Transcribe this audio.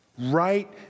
right